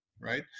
right